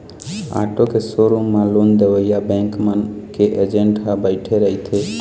auto के showroom म loan देवइया बेंक मन के एजेंट ह बइठे रहिथे